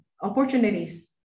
opportunities